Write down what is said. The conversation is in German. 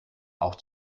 auch